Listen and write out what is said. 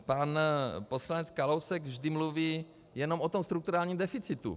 Pan poslanec Kalousek vždy mluví jenom o strukturálním deficitu.